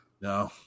no